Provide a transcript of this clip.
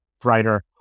brighter